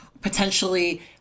potentially